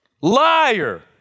liar